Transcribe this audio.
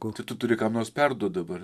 kol tu turi kam nors perduoti dabar